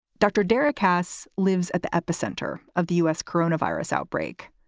dr. derek haas lives at the epicenter of the u s. coronavirus outbreak.